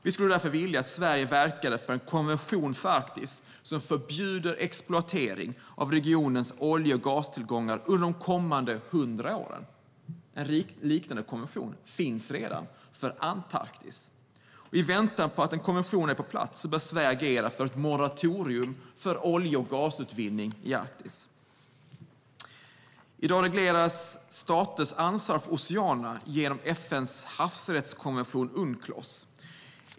Vi skulle därför vilja att Sverige verkar för en konvention för Arktis som förbjuder exploatering av regionens olje och gastillgångar under de kommande 100 åren. En liknande konvention finns redan för Antarktis. I väntan på att en konvention är på plats bör Sverige agera för ett moratorium för olje och gasutvinning i Arktis. I dag regleras staters ansvar för oceanerna genom FN:s havsrättskonvention Unclos.